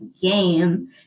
game